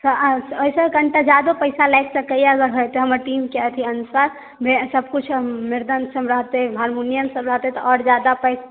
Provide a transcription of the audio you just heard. ओहि सॅं कनीटा जादा पैसा लागि सकैया हमर टीम के अनुसार सब किछु मृदंग सब रहतै हारमोनियम सब रहतै तऽ आओर जादा पैसा